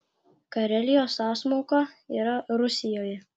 karelijos sąsmauka yra rusijoje